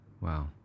Wow